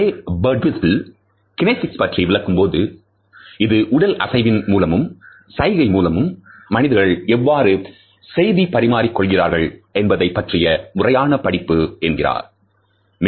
ரே Birdwhistell kinesics பற்றி விளக்கும்போது " இது உடல் அசைவின் மூலமும் சைகை மூலமும் மனிதர்கள் எவ்வாறு செய்தி பரிமாறிக் கொள்கிறார்கள் என்பதைப் பற்றிய முறையான படிப்பு என்கிறார்"